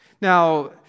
Now